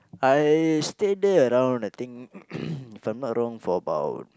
I stay there around I think if I'm not wrong for about